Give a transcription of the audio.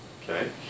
okay